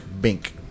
bink